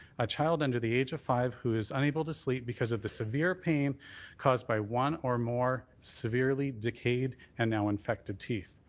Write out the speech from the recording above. a child under the age of five who is unable to sleep because of the severe pain cause bid one or more severely decayed and now infected teeth.